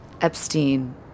Epstein